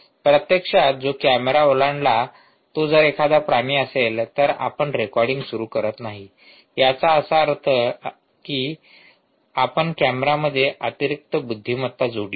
प्रत्यक्षात जो कॅमेरा ओलांडला तो जर एखादा प्राणी असेल तर आपण रेकॉर्डिंग सुरू करत नाही याचा अर्थ असा की आपण कॅमेर्यामध्ये अतिरिक्त बुद्धिमत्ता जोडली आहे